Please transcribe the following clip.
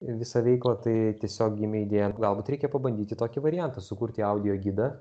visą veiklą tai tiesiog gimė idėja galbūt reikia pabandyti tokį variantą sukurti audio gidą